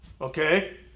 Okay